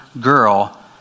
girl